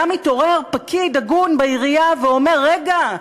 מתעורר פקיד הגון בעירייה ואומר: רגע,